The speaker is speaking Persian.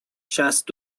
شصت